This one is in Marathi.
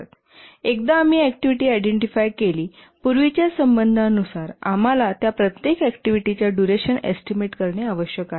आणि एकदा आम्ही ऍक्टिव्हिटी आयडेंटिफायनंतरपूर्वीच्या संबंधानुसार आम्हाला या प्रत्येक ऍक्टिव्हिटीच्या डुरेशन एस्टीमेट करणे आवश्यक आहे